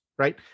Right